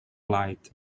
light